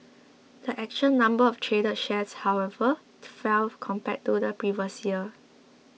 the actual number of traded shares however to fell compared to the previous year